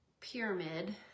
pyramid